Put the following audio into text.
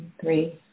three